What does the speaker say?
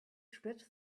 spread